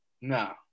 No